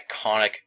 iconic